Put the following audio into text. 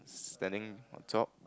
standing on top